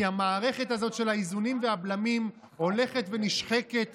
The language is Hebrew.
כי המערכת של האיזונים והבלמים הולכת ונשחקת